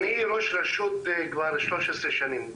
אני ראש רשות כבר 13 שנים.